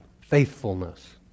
Faithfulness